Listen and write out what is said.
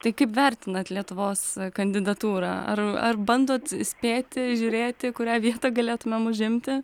tai kaip vertinat lietuvos kandidatūrą ar ar bandot spėti žiūrėti kurią vietą galėtumėm užimti